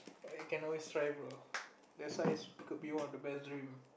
but you can always try bro that's why could be one of the best dream